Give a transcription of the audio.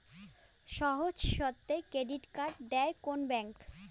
সহজ শর্তে credit card দেয় কোন ব্যাংক?